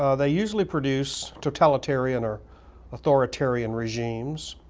ah they usually produce totalitarian or authoritarian regimes